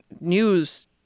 News